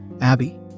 Abby